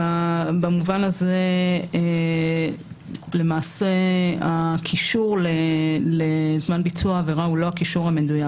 במובן הזה למעשה הקישור לזמן ביצוע העבירה הוא לא הקישור המדויק.